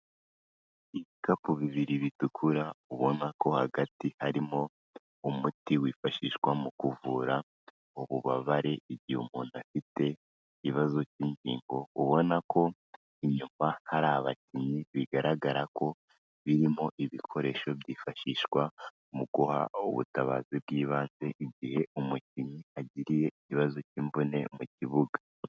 Ibikapu bibiri bitukura ubona ko hagati harimo umuti wifashishwa mu kuvura ububabare igihe umuntu afite ikibazo k'ingingo, ubona ko inyuma hari abakinnyi bigaragara ko birimo ibikoresho byifashishwa mu guha ubutabazi bw'ibanze igihe umukinnyi agiriye ikibazo k'imvune mu kibuga.